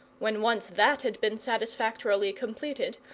when once that had been satisfactorily completed,